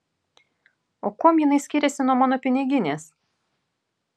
o kuom jinai skiriasi nuo mano piniginės